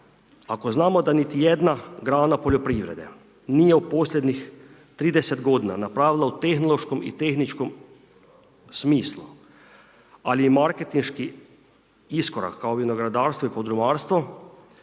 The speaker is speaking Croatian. Ako znamo da ni jedna grana poljoprivrede, nije u posljednjih 30 g. napravila u tehnološkom i tehničkom smislu, ali je marketinški iskorak kao vinogradarstva i …/Govornik